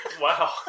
Wow